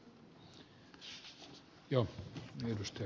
herra puhemies